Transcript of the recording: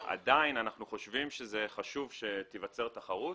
עדיין אנחנו חושבים שחשוב שתיווצר תחרות.